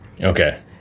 Okay